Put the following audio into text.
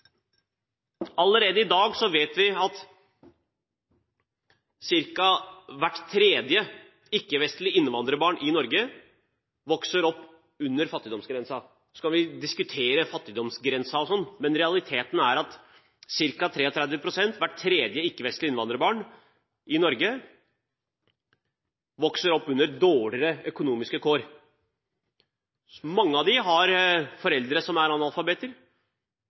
Allerede i dag vet vi at ca. hvert tredje ikke-vestlige innvandrerbarn i Norge vokser opp under fattigdomsgrensen – hvis vi skal diskutere fattigdomsgrensen. Realiteten er at ca. 33 pst., hvert tredje ikke-vestlige innvandrerbarn i Norge, vokser opp under dårligere økonomiske kår. Mange av dem har foreldre som er analfabeter.